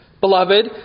Beloved